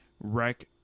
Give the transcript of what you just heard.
wreck